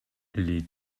les